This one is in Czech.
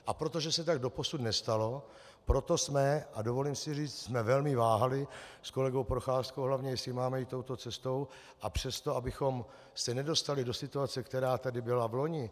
A protože se tak doposud nestalo, proto jsme, a dovolím si říct, velmi váhali s kolegou Procházkou, hlavně jestli máme jít touto cestou, a přesto, abychom se nedostali do situace, která tady byla vloni.